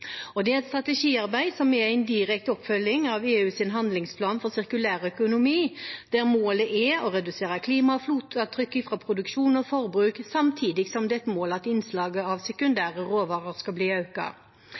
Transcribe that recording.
Det er et strategiarbeid som er en direkte oppfølging av EUs handlingsplan for sirkulær økonomi, der målet er å redusere klimafotavtrykket fra produksjon og forbruk, samtidig som det er et mål at innslaget av